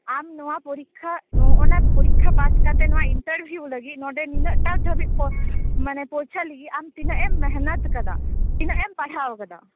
ᱟᱢ ᱱᱚᱭᱟ ᱯᱚᱨᱤᱠᱷᱟ ᱱᱚᱜᱼᱚᱭ ᱚᱱᱟ ᱯᱚᱨᱤᱠᱷᱚ ᱯᱟᱥ ᱠᱟᱛᱮ ᱱᱚᱣᱟ ᱮᱱᱴᱟᱨᱵᱷᱤᱭᱩᱜ ᱞᱟ ᱜᱤᱫ ᱱᱚᱰᱮ ᱱᱤᱱᱟ ᱜᱴᱟ ᱫᱷᱟ ᱵᱤᱡ ᱢᱟᱱᱮ ᱯᱚᱨᱤᱪᱷᱟ ᱞᱟ ᱜᱤᱫ ᱟᱢ ᱛᱤᱱᱟ ᱜ ᱮᱢ ᱢᱮᱦᱮᱱᱚᱛ ᱠᱟᱫᱟ ᱛᱤᱱᱟ ᱜᱼᱮᱢ ᱯᱟᱲᱦᱟᱣ ᱠᱟᱫᱟ